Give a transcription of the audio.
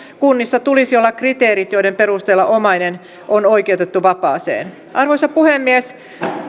kunnissa tulisi olla kriteerit joiden perusteella omainen on oikeutettu vapaaseen arvoisa puhemies